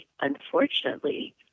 unfortunately